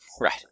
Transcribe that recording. Right